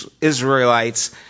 Israelites